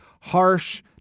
harsh